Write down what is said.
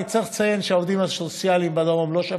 אני צריך לציין שהעובדים הסוציאליים בדרום לא שבתו,